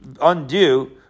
undo